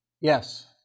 Yes